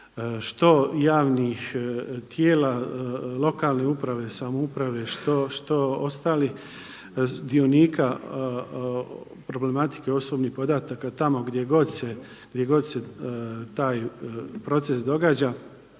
što javnih tijela lokalne uprave, samouprave, što ostalih dionika problematike osobnih podataka tamo gdje god se taj proces događa.